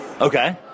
Okay